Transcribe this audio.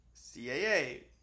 CAA